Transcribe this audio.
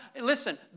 Listen